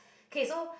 okay so